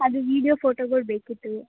ಅದು ವೀಡಿಯೋ ಫೋಟೋಗಳು ಬೇಕಿತ್ತು